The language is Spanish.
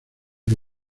que